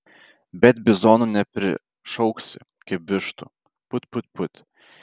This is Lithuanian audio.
bet bizonų neprišauksi kaip vištų put put put